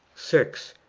six.